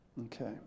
Okay